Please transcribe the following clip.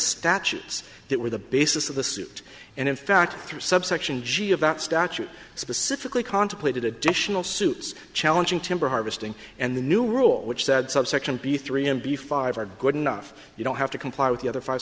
statutes that were the basis of the suit and in fact through subsection g of that statute specifically contemplated additional suits challenging timber harvesting and the new rule which said subsection b three and b five are good enough you don't have to comply with the other five